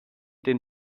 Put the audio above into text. den